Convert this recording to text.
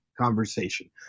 conversation